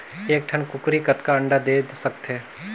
एक ठन कूकरी कतका अंडा दे सकथे?